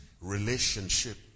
relationship